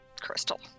crystal